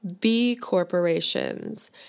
B-Corporations